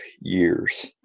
years